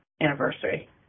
Anniversary